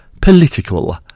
political